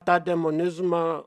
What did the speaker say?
tą demonizmą